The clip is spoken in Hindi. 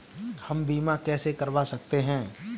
हम बीमा कैसे करवा सकते हैं?